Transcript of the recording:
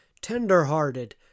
tender-hearted